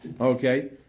Okay